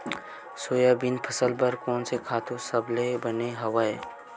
Soybean फसल बर कोन से खातु सबले बने हवय?